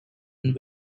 and